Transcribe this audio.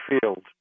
field